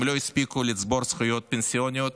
הם לא הספיקו לצבור זכויות פנסיוניות.